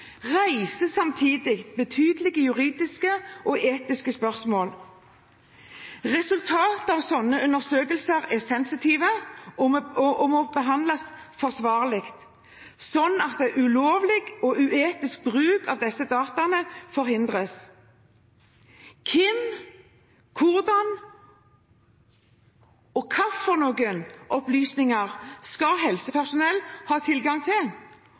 samtidig betydelige juridiske og etiske spørsmål. Resultatet av sånne undersøkelser er sensitive og må behandles forsvarlig, sånn at ulovlig og uetisk bruk av disse dataene forhindres. Hvem, hvordan og hvilke opplysninger skal helsepersonell ha tilgang til,